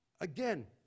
Again